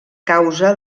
causa